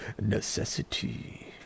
necessity